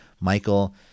Michael